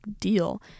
deal